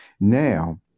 now